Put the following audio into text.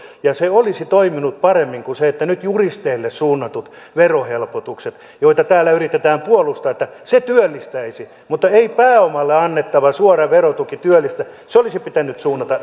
ja se olisi toiminut paremmin kuin nyt juristeille suunnatut verohelpotukset joita täällä yritetään puolustaa että ne työllistäisivät mutta ei pääomalle annettava suora verotuki työllistä se olisi pitänyt suunnata